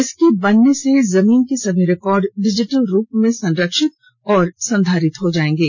इसके बनने से जमीन के सभी रिकार्ड डिजिटल रूप में संरक्षित एवं संधारित हो जायेंगे